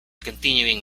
continuing